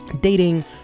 dating